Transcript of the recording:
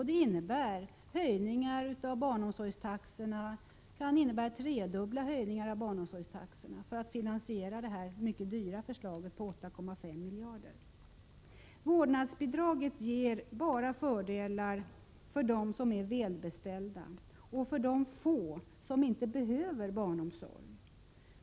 Det innebär höjningar av barnomsorgstaxorna — kanske tredubbla höjningar — för att detta mycket dyra förslag på 8,5 miljarder skall kunna finansieras. Vårdnadsbidraget ger bara fördelar för dem som är välbeställda och för de få som inte behöver barnomsorg.